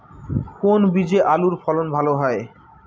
কোন বীজে আলুর ফলন ভালো হয়?